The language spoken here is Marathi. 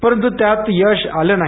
परंतु त्यात यश आले नाही